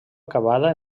acabada